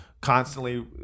constantly